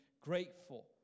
grateful